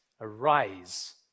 Arise